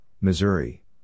Missouri